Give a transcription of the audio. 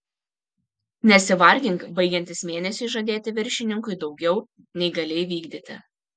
nesivargink baigiantis mėnesiui žadėti viršininkui daugiau nei gali įvykdyti